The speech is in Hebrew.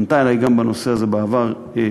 גם פנתה אלי בנושא הזה בעבר יושבת-ראש